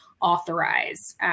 authorize